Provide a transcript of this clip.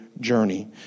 Journey